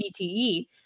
BTE